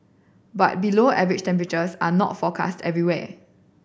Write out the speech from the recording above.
but below average temperatures are not forecast everywhere